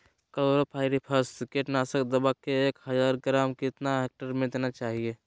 Chlorpyrifos कीटनाशक दवा को एक हज़ार ग्राम कितना हेक्टेयर में देना चाहिए?